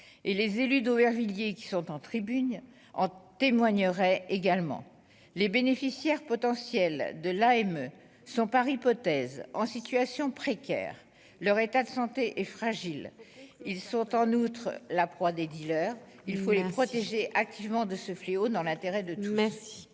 et les élus d'Aubervilliers qui sont en tribune en témoignerait également les bénéficiaires potentiels de l'AME sont par hypothèse en situation précaire, leur état de santé est fragile, ils sont en outre la proie des dealers, il faut les protéger activement de ce fléau dans l'intérêt de tous,